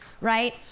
right